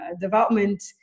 development